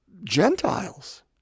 Gentiles